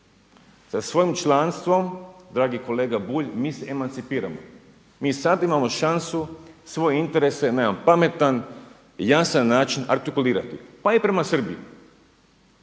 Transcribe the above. sa svojim članstvom dragi kolega Bulj, mi se emancipiramo. Mi sada imamo šansu svoje interese na jedan pametan, jasan način artikulirati pa i prema Srbiji.